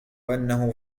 أنه